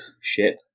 ship